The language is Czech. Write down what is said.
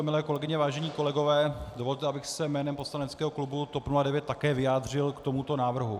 Milé kolegyně, vážení kolegové, dovolte, abych se jménem poslaneckého klubu TOP 09 také vyjádřil k tomuto návrhu.